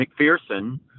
McPherson